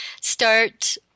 start